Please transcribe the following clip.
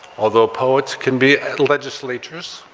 although poets can be legislatures,